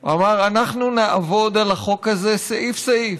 הוא אמר: אנחנו נעבוד על החוק הזה סעיף-סעיף